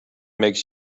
makes